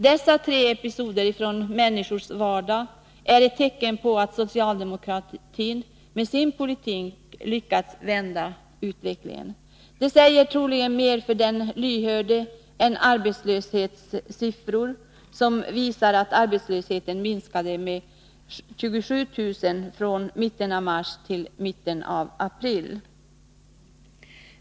Dessa tre episoder från människors vardag är tecken på att socialdemokratin med sin politik lyckats vända utvecklingen. De säger troligen mer för den lyhörde än arbetslöshetssiffror som visar att antalet arbetslösa minskade med 27 000 från mitten av mars till mitten av april.